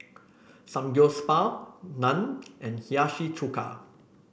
Samgyeopsal Naan and Hiyashi Chuka